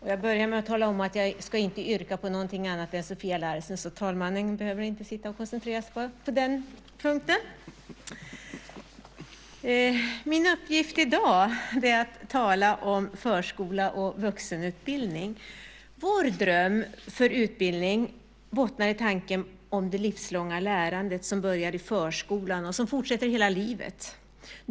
Herr talman! Jag ska inte yrka på något annat än vad Sofia Larsen gjorde, så talmannen behöver inte koncentrera sig på den uppgiften. Min uppgift i dag är att tala om förskola och vuxenutbildning. Vår dröm för utbildning bottnar i tanken om det livslånga lärandet som börjar i förskolan och sedan fortsätter hela livet.